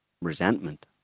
resentment